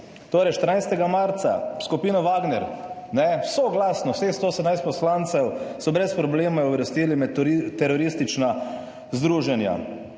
torej 14. marca, skupino Wagner, ne, soglasno, vseh 118 poslancev so brez problema uvrstili med teroristična združenja.